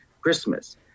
Christmas